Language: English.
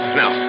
now